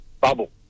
bubble